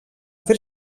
fer